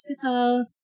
hospital